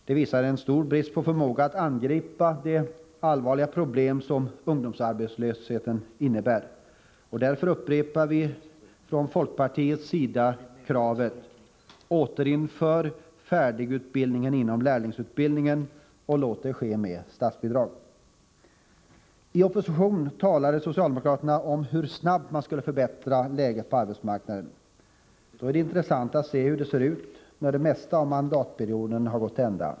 Det visar en stor brist på förmåga att angripa det allvarliga problem som ungdomsarbetslösheten är. Därför upprepar vi från folkpartiets sida kravet: Återinför färdigutbildningen inom lärlingsutbildningen, och låt det ske med statsbidrag. I opposition talade socialdemokraterna om hur man snabbt skulle förbättra läget på arbetsmarknaden. Därför är det intressant att se hur det ser ut, när det mesta av mandatperioden har gått till ända.